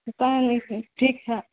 پتا نہیں پھر ٹھیک ہے